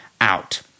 out